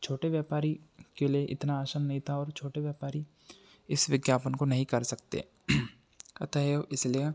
छोटे व्यापारी के लिए इतना आसान नहीं था और छोटे व्यापारी इस विज्ञापन को नहीं कर सकते पता है और इसलिए